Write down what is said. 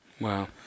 Wow